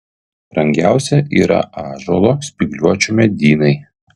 brangiausi yra ąžuolo spygliuočių medynai